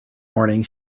morning